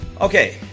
Okay